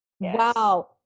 Wow